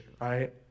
right